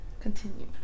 Continue